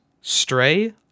Stray